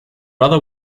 rather